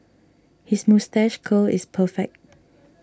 his moustache curl is perfect